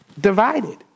divided